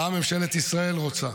מה ממשלת ישראל רוצה.